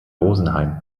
rosenheim